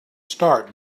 start